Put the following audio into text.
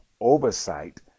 oversight